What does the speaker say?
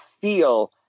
feel